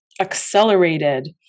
accelerated